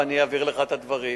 ואני אעביר לך את הדברים.